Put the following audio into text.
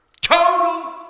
total